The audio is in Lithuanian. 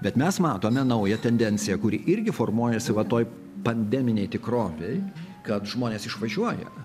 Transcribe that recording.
bet mes matome naują tendenciją kuri irgi formuojasi va toj pandeminėj tikrovėj kad žmonės išvažiuoja